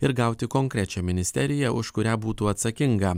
ir gauti konkrečią ministeriją už kurią būtų atsakinga